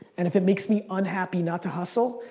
and if it makes me unhappy not to hustle,